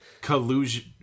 collusion